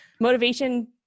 motivation